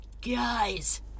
Guys